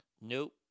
Nope